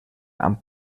amb